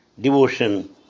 devotion